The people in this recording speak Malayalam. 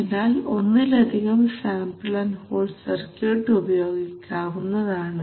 അതിനാൽ ഒന്നിലധികം സാമ്പിൾ ആൻഡ് ഹോൾഡ് സർക്യൂട്ട് ഉപയോഗിക്കാവുന്നതാണ്